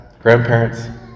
grandparents